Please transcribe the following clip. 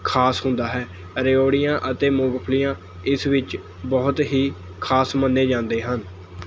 ਖਾਸ ਹੁੰਦਾ ਹੈ ਰੇਓੜੀਆਂ ਅਤੇ ਮੂੰਗਫਲੀਆਂ ਇਸ ਵਿੱਚ ਬਹੁਤ ਹੀ ਖਾਸ ਮੰਨੇ ਜਾਂਦੇ ਹਨ